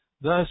thus